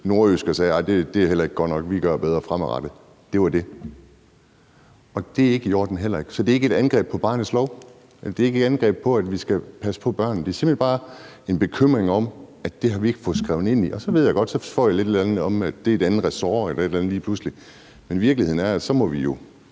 Nordjyske og sagde: Ej, det er heller ikke godt nok; vi gør det bedre fremadrettet. Det var det. Det er heller ikke i orden. Så det er ikke et angreb på barnets lov. Det er ikke et angreb på det med, at vi skal passe på børn. Det er simpelt hen bare en bekymring om, at vi ikke har fået skrevet det ind i det. Så ved jeg godt, at så får vi vel et eller andet at vide om, at det er et